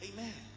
Amen